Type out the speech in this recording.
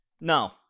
no